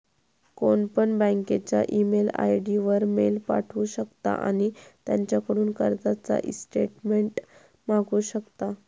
कोणपण बँकेच्या email ID वर मेल पाठवु शकता आणि त्यांच्याकडून कर्जाचा ईस्टेटमेंट मागवु शकता